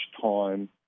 time